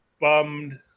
bummed